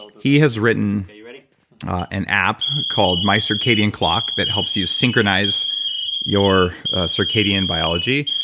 he has written an app called mycircadianclock that helps you synchronize your circadian biology.